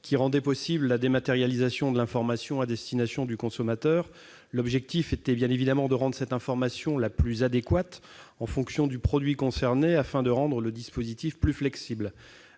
à rendre possible la dématérialisation de l'information à destination du consommateur. L'objectif était bien évidemment de rendre cette information la plus adéquate possible en fonction du produit concerné, afin que le dispositif soit plus flexible.